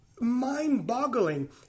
mind-boggling